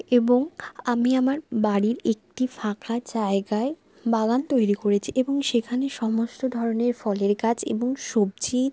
এবং আমি আমার বাড়ির একটি ফাঁকা জায়গায় বাগান তৈরি করেছি এবং সেখানে সমস্ত ধরনের ফলের গাছ এবং সবজি